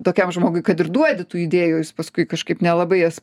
tokiam žmogui kad ir duodi tų idėjų jis paskui kažkaip nelabai jas